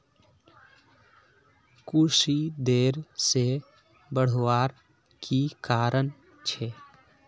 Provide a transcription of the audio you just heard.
कुशी देर से बढ़वार की कारण छे?